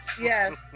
Yes